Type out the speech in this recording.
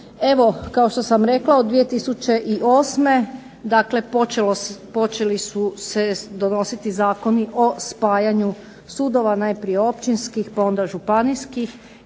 Evo, kao što sam rekla od 2008. počeli su se donositi Zakoni o spajanju sudova, najprije općinskih pa onda županijskih,